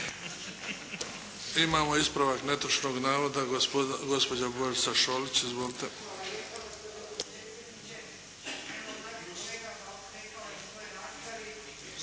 Imamo ispravak netočnog navoda gospođa Božica Šolić. Izvolite.